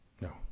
No